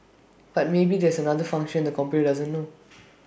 but maybe there's another function the computer doesn't know